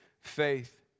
faith